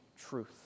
truth